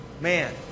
man